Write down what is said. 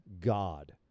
God